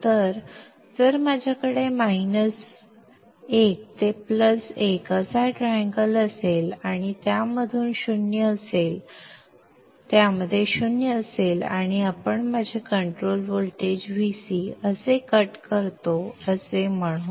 तर जर माझ्याकडे मायनस एक ते प्लस एक असा ट्रँगल असेल आणि त्यामध्ये शून्य असेल आणि आपण माझे कंट्रोल व्होल्टेज Vc असे कट करतो असे म्हणू